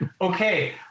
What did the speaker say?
Okay